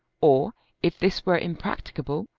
or if this were impracticable,